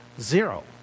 Zero